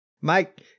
Mike